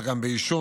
כך גם בעישון.